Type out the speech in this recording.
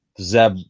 Zeb